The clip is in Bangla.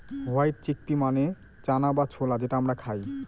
হোয়াইট চিকপি মানে চানা বা ছোলা যেটা আমরা খায়